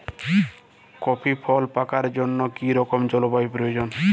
Coffee ফল পাকার জন্য কী রকম জলবায়ু প্রয়োজন?